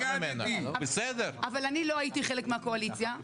אני לא הייתי חלק מן הקואליציה.